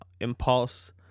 impulse